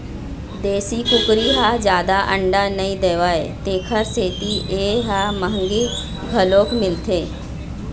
देशी कुकरी ह जादा अंडा नइ देवय तेखर सेती ए ह मंहगी घलोक मिलथे